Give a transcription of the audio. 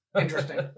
Interesting